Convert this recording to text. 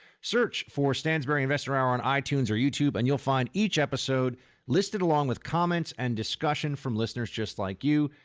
search for stansberry investor hour on itunes or youtube and you'll find each episode listed along with comments and discussion from listeners just like you.